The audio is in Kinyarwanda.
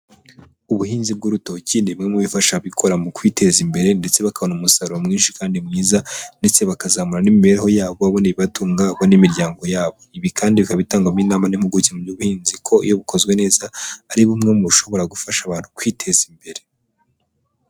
Ubuhinzi bw'urutoki ni bimwe mu bifasha abikora mu kwiteza imbere ndetse ba bakabona umusaruro mwinshi kandi mwiza ndetse bakazamura n'imibereho yabo babona ibibatuga n'imiryango yabo, ibi kandi bikaba bitangagwamo inama n'impuguke mu by'ubuhinzi ko iyo bukozwe neza ari bumwe mu bushobora gufasha abantu kwiteza imbere.